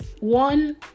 one